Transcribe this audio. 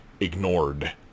ignored